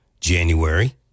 January